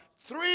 Three